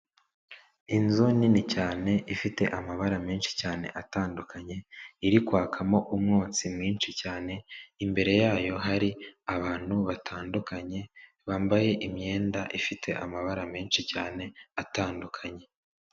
Inzu nini cyane ifite amabara menshi cyane atandukanye iri kwakamo umwotsi mwinshi cyane, imbere yayo hari abantu batandukanye bambaye imyenda ifite amabara menshi cyane atandukanye.